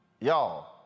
Y'all